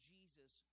Jesus